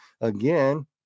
Again